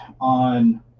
on